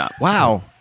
Wow